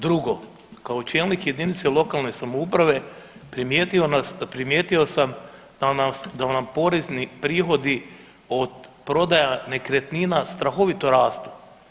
Drugo kao čelnik jedinice lokalne samouprave primijetio sam da nam porezni prihodi od prodaja nekretnina strahovito rastu.